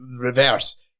reverse